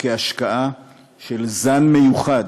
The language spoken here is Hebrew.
והשקעה של זן מיוחד